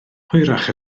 hwyrach